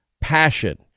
passion